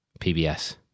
PBS